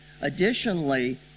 Additionally